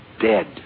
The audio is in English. dead